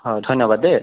হয় ধন্য়বাদ দেই